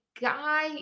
guy